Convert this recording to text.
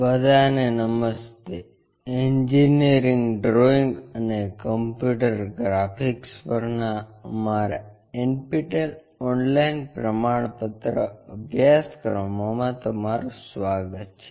બધાને નમસ્તે engineering drawing અને કમ્પ્યુટર ગ્રાફિક્સ પરના અમારા NPTEL ઓનલાઇન પ્રમાણપત્ર અભ્યાસક્રમોમાં તમારું સ્વાગત છે